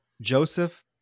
Joseph